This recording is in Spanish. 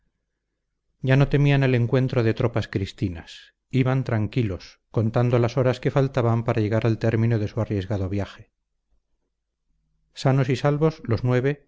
ya no temían el encuentro de tropas cristinas iban tranquilos contando las horas que faltaban para llegar al término de su arriesgado viaje sanos y salvos los nueve